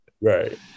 right